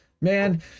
Man